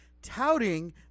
Touting